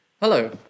Hello